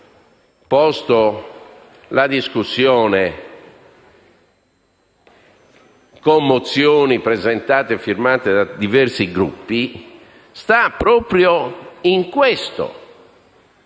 avviato la discussione con mozioni presentate e firmate da diversi Gruppi sta proprio nel